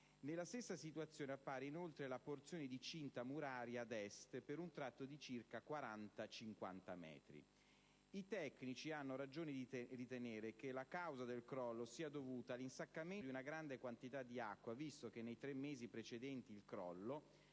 Nella stessa situazione appare inoltre la porzione di cinta muraria ad est per un tratto di circa 40-50 metri. I tecnici hanno ragione di ritenere che la causa del crollo sia dovuta all'insaccamento di una grande quantità di acqua visto che, nei tre mesi precedenti il crollo,